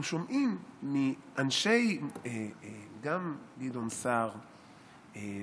אנחנו שומעים גם מאנשי גדעון סער ומפלגתו,